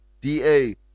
DA